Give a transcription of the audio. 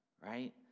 right